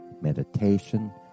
meditation